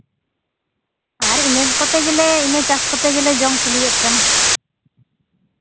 ᱟᱨ ᱤᱱᱟᱹ ᱠᱚᱛᱮ ᱜᱮᱞᱮ ᱤᱱᱟᱹ ᱪᱟᱥ ᱠᱚᱛᱮ ᱜᱮᱞᱮ ᱡᱚᱢ ᱠᱩᱞᱭᱟᱹᱜ ᱠᱟᱱᱟ